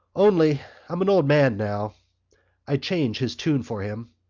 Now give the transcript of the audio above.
only i'm an old man now i'd change his tune for him.